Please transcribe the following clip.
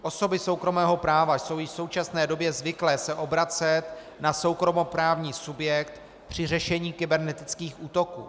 Osoby soukromého práva jsou již v současné době zvyklé se obracet na soukromoprávní subjekt při řešení kybernetických útoků.